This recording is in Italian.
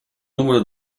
numero